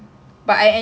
okay